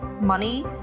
money